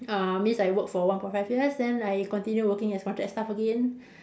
uh means I work for one point five years then I continue working as contract staff again